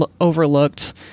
overlooked